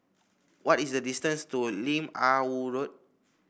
what is the distance to Lim Ah Woo Road